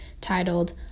titled